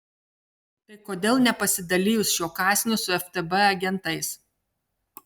tai kodėl nepasidalijus šiuo kąsniu su ftb agentais